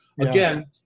again